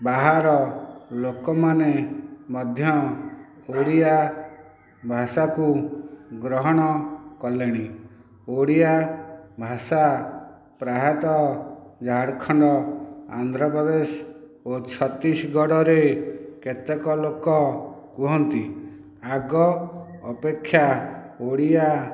ବାହାର ଲୋକମାନେ ମଧ୍ୟ ଓଡ଼ିଆ ଭାଷାକୁ ଗ୍ରହଣ କଲେଣି ଓଡ଼ିଆ ଭାଷା ପ୍ରାୟତଃ ଝାଡ଼ଖଣ୍ଡ ଆନ୍ଧ୍ରପ୍ରଦେଶ ଓ ଛତିଶଗଡ଼ରେ କେତେକ ଲୋକ କୁହନ୍ତି ଆଗ ଅପେକ୍ଷା ଓଡ଼ିଆ